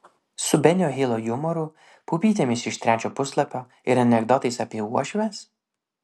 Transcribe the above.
su benio hilo jumoru pupytėmis iš trečio puslapio ir anekdotais apie uošves